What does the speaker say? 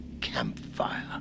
campfire